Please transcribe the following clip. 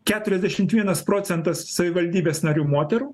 keturiasdešimt vienas procentas savivaldybės narių moterų